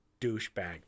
douchebag